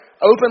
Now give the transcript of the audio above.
Open